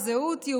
תודה.